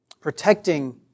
Protecting